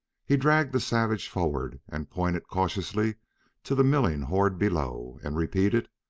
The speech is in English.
he dragged the savage forward and pointed cautiously to the milling horde below, and repeated,